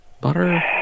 butter